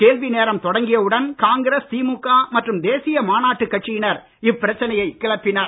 கேள்வி நேரம் தொடங்கிய உடன் காங்கிரஸ் திமுக மற்றும் தேசிய மாநாட்டுக் கட்சியினர் இப்பிரச்சனையைக் கிளப்பினர்